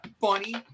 funny